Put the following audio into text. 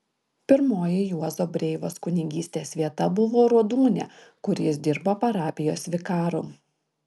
pirmoji juozo breivos kunigystės vieta buvo rodūnia kur jis dirbo parapijos vikaru